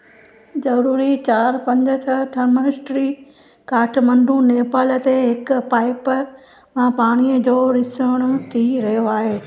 ज़रूरी चारि पंज छह थमेलस्ट्री काठमांडु नेपाल ते हिकु पाइप मां पाणीअ जो रिसण थी रहियो आहे